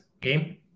Game